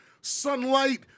sunlight